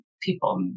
people